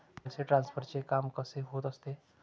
पैसे ट्रान्सफरचे काम कसे होत असते?